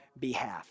behalf